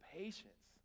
patience